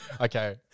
Okay